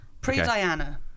Pre-Diana